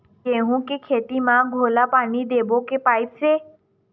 गेहूं के खेती म घोला पानी देबो के पाइप से?